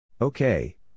Okay